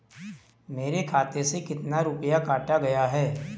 मेरे खाते से कितना रुपया काटा गया है?